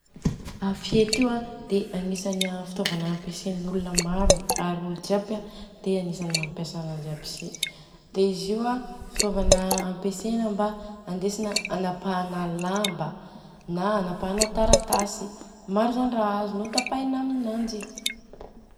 A fihety io a dia agnisany fitaovana ampiasain'olona maro. Ary olona jiaby dia agnisany mampiasa ananjy aby si, dia izy io a fitaovana ampiasaina mba andesina hanapahana lamba na hanapahana taratasy. Maro zany raha azonô tapahina aminanjy.